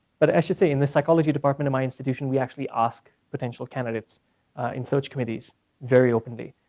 but i should say, in the psychology department in my institution, we actually ask potential candidates in so committees very openly.